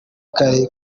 kare